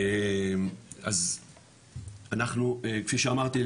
אז אנחנו כפי שאמרתי,